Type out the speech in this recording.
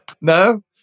no